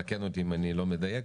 תקן אותי אם אני לא מדייק,